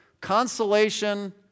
consolation